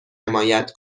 حمایت